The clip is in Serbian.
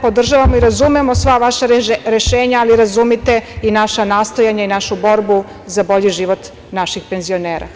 Podržavamo i razumemo sva vaša rešenja, ali razumite i naša nastojanja i našu borbu za bolji život naših penzionera.